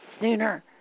sooner